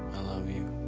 love you,